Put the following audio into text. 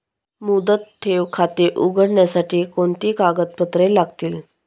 मुदत ठेव खाते उघडण्यासाठी कोणती कागदपत्रे लागतील?